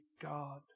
God